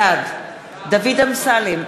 בעד דוד אמסלם,